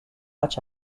matchs